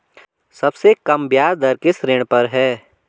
सबसे कम ब्याज दर किस ऋण पर है?